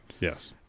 Yes